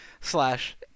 slash